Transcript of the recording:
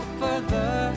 further